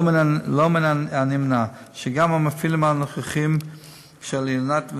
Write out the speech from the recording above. לא מן הנמנע שגם המפעילים הנוכחיים של "אילנית"